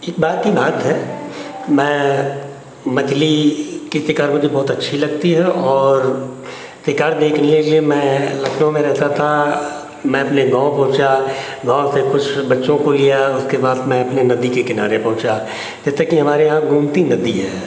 एक बार की बात है मैं मछली का शिकार मुझे बहुत अच्छा लगता है और शिकार देखने के लिए मैं लखनऊ में रहता था मैं अपने गाँव पहुँचा गाँव से कुछ बच्चों को लिया उसके बाद मैं अपने नदी के किनारे पहुँचा जैसा कि हमारे यहाँ गोमती नदी है